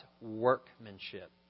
workmanship